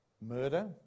Murder